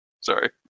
Sorry